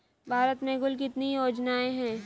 भारत में कुल कितनी योजनाएं हैं?